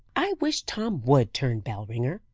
i wish tom would turn bell-ringer!